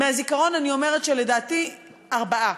מהזיכרון אני אומרת שלדעתי ארבעה.